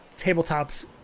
tabletops